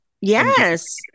Yes